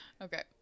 Okay